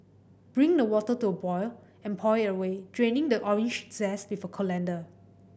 bring the water to a boil and pour it away draining the orange zest with a colander